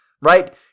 Right